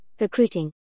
Recruiting